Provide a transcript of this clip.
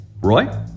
Roy